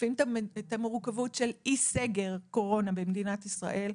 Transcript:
משקפים את המורכבות של אי סגר קורונה במדינה ישראל.